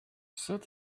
set